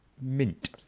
Mint